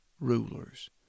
rulers